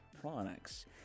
products